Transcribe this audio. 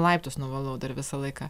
laiptus nuvalau dar visą laiką